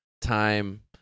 time